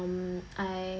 um I